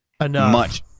enough